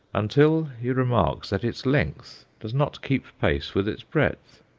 until he remarks that its length does not keep pace with its breadth.